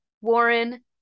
Warren